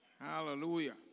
Hallelujah